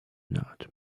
not